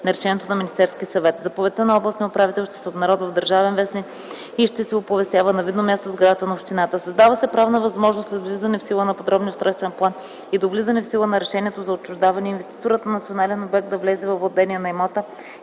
на решението на Министерския съвет. Заповедта на областния управител ще се обнародва в „Държавен вестник” и ще се оповестява на видно място в сградата на общината. Създава се правна възможност след влизане в сила на подробния устройствен план и до влизане в сила на решението за отчуждаване, инвеститорът на национален обект да влезе във владение на имота